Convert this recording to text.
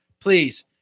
Please